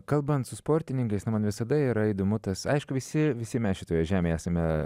kalbant su sportininkais na man visada yra įdomu tas aišku visi visi mes šitoje žemėje esame